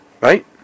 right